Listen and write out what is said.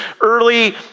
early